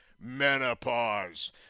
menopause